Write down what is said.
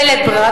בלית ברירה,